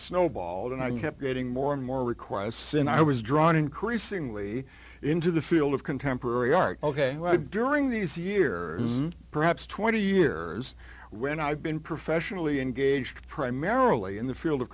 snowballed and i kept getting more and more requires sin i was drawn increasingly into the field of contemporary art ok during these year perhaps twenty years when i've been professionally engaged primarily in the field of